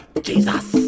Jesus